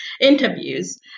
interviews